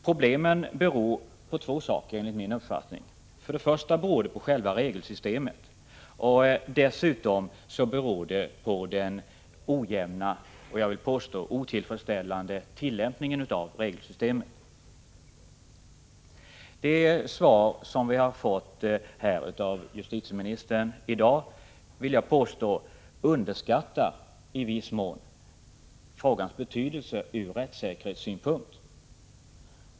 Problemen beror enligt min uppfattning på två saker. Den första är själva regelsystemet. Den andra är den ojämna, och jag vill påstå otillfredsställande, tillämpningen av regelsystemet. I det svar som vi här i dag har fått av justitieministern underskattas i viss mån frågans betydelse från rättssäkerhetssynpunkt.